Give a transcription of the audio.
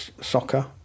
soccer